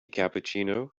cappuccino